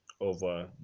over